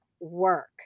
work